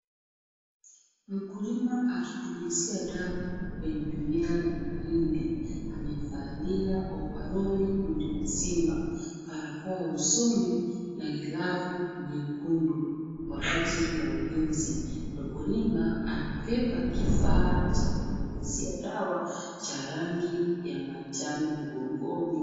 Mkulima akipulizia dawa kwenye mimea ya mahindi. Amevalia ovaroli mwili mzima, barakoa usoni na glavu nyekundu kwa ajili ya ulinzi. Mkulima amebeba kifaa cha kunyunyizia dawa cha rangi ya manjano mgongoni.